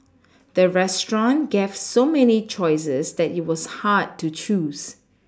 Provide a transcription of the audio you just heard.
the restaurant gave so many choices that it was hard to choose